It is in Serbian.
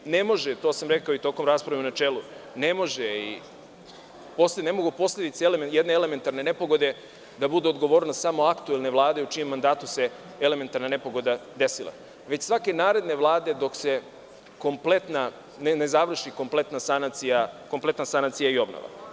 Posle ne mogu, to sam rekao i tokom rasprave u načelu, posledice jedne elementarne nepogode da budu odgovornost samo aktuelne vlade u čijem mandatu se elementarna nepogoda desila, već svake naredne vlade, dok se ne završi kompletna sanacija i obnova.